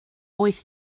wyth